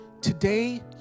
today